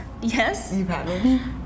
Yes